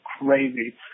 crazy